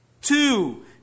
Two